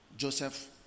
Joseph